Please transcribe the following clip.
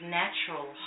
natural